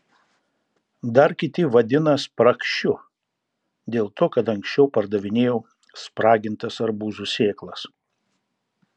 dar kiti vadina spragšiu dėl to kad anksčiau pardavinėjau spragintas arbūzų sėklas